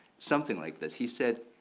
something like this he said,